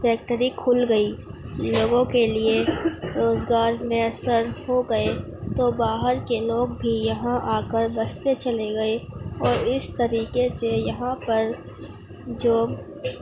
factory کھل گئی لوگوں کے لیے روزگار میسر ہو گئے تو باہر کے لوگ بھی یہاں آ کر بستے چلے گئے اور اس طریقے سے یہاں پر جو